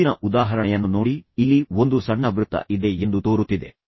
ಮುಂದಿನ ಉದಾಹರಣೆಯನ್ನು ನೋಡಿ ಮತ್ತೆ ಈ ರೀತಿಯದ್ದಾಗಿದೆ ಇಲ್ಲಿ ಒಂದು ಸಣ್ಣ ವೃತ್ತ ಇದೆ ಎಂದು ತೋರುತ್ತಿದೆ